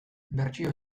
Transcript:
bertsio